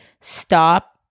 Stop